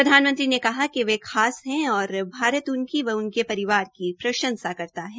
प्रधानमंत्री ने कहा कि वे खास है और भारत उनकी व उनके परिवार की प्रंशसा करता है